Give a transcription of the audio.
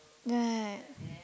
ya ya ya